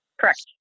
Correct